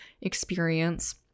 experience